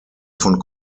von